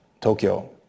Tokyo